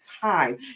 time